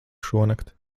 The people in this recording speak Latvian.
šonakt